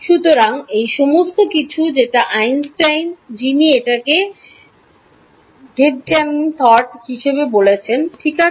সুতরাং এই সমস্ত কিছু যেটা আইনস্টাইন যিনি এটাকে Gedanken Thought পরীক্ষা বলেছেন ঠিক আছে